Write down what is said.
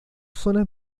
zonas